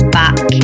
back